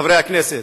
חברי הכנסת,